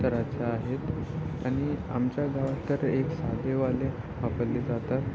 तऱ्हाचे आहेत आणि आमच्या गावात तर एक साधेवाले वापरले जातात